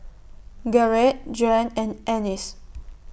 Garret Juan and Annis